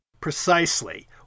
Precisely